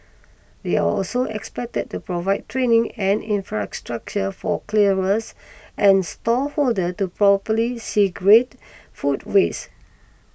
they are also expected to provide training and infrastructure for and stall holders to properly segregate food waste